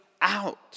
out